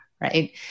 right